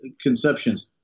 conceptions